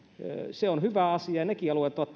se on hyvä asia nekin alueet ovat